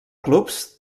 clubs